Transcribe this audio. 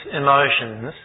emotions